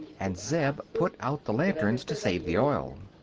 and zeb put out the lanterns to save the oil.